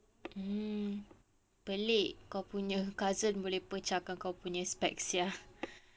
mm pelik kau punya cousin boleh pecahkan kau punya specs sia